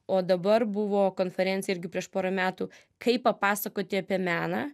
o dabar buvo konferencija irgi prieš porą metų kaip papasakoti apie meną